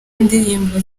ndirimbo